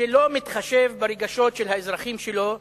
שלא מתחשב ברגשות של האזרחים שלו,